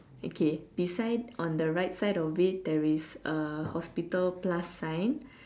okay beside on the right side of it there is a hospital plus sign